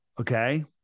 Okay